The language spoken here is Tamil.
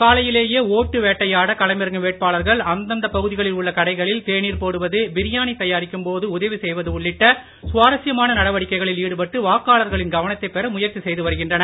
காலையிலேயே ஓட்டு வேட்டையாட களமிறங்கும் வேட்பாளர்கள் அந்த பகுதிகளில் உள்ள கடைகளில் தேனீர் போடுவது பிரியாணி தயாரிக்கும் போது உதவி செய்வது உள்ளிட்ட சுவாரஸ்யமான நடவடிக்கைளில் ஈடுபட்டு வாக்காளர்களின் கவனத்தை பெற முயற்சி செய்து வருகின்றனர்